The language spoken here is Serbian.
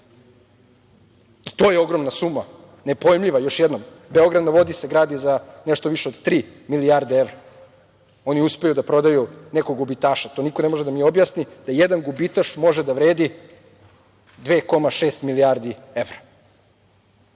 To je ogromna suma, nepojmljiva, još jednom. „Beograd na vodi“ se gradi za nešto više od 3 milijarde evra. Oni uspeju da prodaju nekog gubitaša. To niko ne može da mi objasni da jedan gubitaš može da vredi 2,6 milijardi evra.